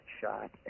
shot